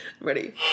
Ready